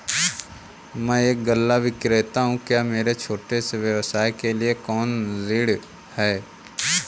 मैं एक गल्ला विक्रेता हूँ क्या मेरे छोटे से व्यवसाय के लिए कोई ऋण है?